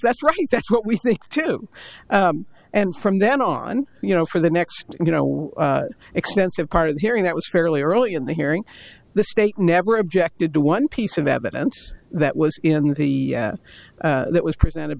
that's right that's what we think to and from then on you know for the next you know extensive part of the hearing that was fairly early in the hearing the state never objected to one piece of evidence that was in the that was presented